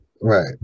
Right